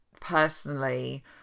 personally